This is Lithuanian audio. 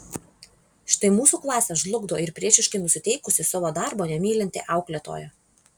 štai mūsų klasę žlugdo ir priešiškai nusiteikusi savo darbo nemylinti auklėtoja